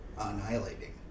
annihilating